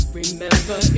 remember